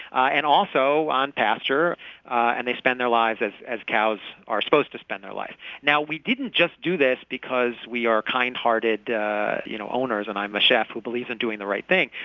and also on pasture and they spend their lives as as cows are supposed to spend their lives we didn't just do this because we are kindhearted you know owners and i'm a chef who believes in doing the right thing.